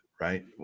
right